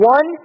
One